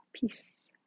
peace